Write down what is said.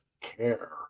care